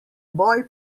boj